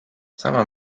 sama